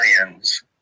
aliens